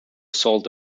salt